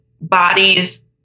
bodies